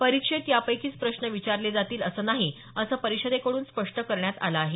परीक्षेत यापैकीच प्रश्न विचारले जातील असं नाही असं परिषदेकड्रन स्पष्ट करण्यात आल आहे